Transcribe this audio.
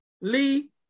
Lee